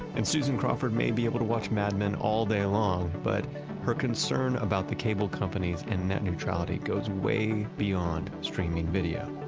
and susan crawford may be able to watch mad men all day long, but her concern about the cable companies and net neutrality goes way beyond streaming video